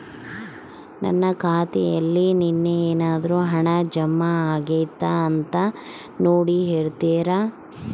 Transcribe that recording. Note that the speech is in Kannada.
ನನ್ನ ಖಾತೆಯಲ್ಲಿ ನಿನ್ನೆ ಏನಾದರೂ ಹಣ ಜಮಾ ಆಗೈತಾ ಅಂತ ನೋಡಿ ಹೇಳ್ತೇರಾ?